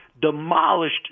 demolished